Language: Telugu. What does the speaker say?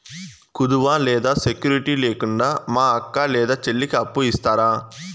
కుదువ లేదా సెక్యూరిటి లేకుండా మా అక్క లేదా చెల్లికి అప్పు ఇస్తారా?